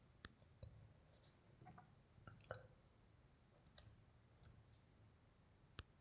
ಕಸಕಸಿಯನ್ನಾ ಬೆಳೆಯುವುದು ನಿಷೇಧ ಮಾಡೆತಿ ಸರ್ಕಾರ ಒಂದ ವೇಳೆ ಬೆಳಿಬೇಕ ಅಂದ್ರ ಸರ್ಕಾರದಿಂದ ಪರ್ವಾಣಿಕಿ ತೊಗೊಬೇಕ